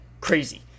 Crazy